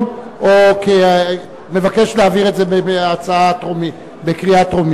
או מבקש להעביר את זה בקריאה טרומית?